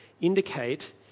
indicate